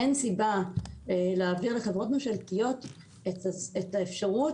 אין סיבה להעביר לחברות ממשלתיות את האפשרות